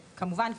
וכמובן,